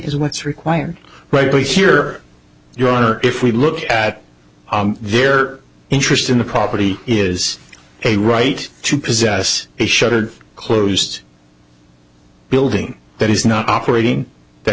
is what's required right here your honor if we look at their interest in the property is a right to possess a shuttered closed building that is not operating that